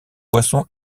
boissons